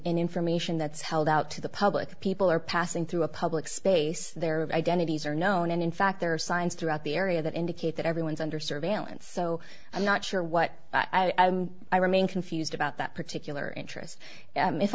information that's held out to the public people are passing through a public space their identities are known and in fact there are signs throughout the area that indicate that everyone's under surveillance so i'm not sure what i remain confused about that particular interest